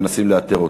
ומנסים לאתר אותו.